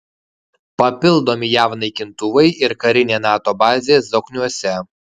papildomi jav naikintuvai ir karinė nato bazė zokniuose